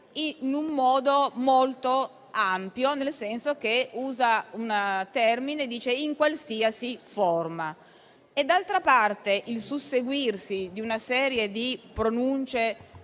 in un modo molto ampio, nel senso che usa l'espressione «in qualsiasi forma». D'altra parte, il susseguirsi di una serie di pronunce